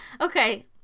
okay